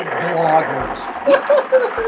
bloggers